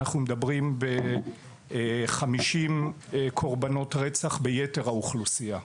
אנחנו מדברים על 50 קורבנות רצח ביתר האוכלוסייה.